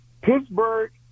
Pittsburgh